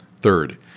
Third